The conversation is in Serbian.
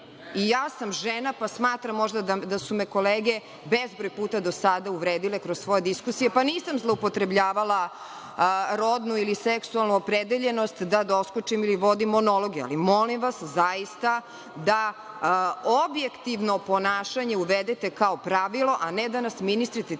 I ja sam žena pa smatram da su me kolege bezbroj puta do sada uvredile kroz svoje diskusije, pa nisam zloupotrebljavala rodnu ili seksualnu opredeljenost da doskočim ili vodim monologe. Molim vas zaista da objektivno ponašanje uvedete kao pravilo, a ne da nas ministri